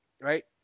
right